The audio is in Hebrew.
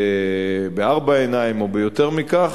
בארבע עיניים או ביותר מכך,